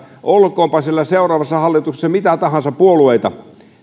olkoonpa siellä seuraavassa hallituksessa mitä tahansa puolueita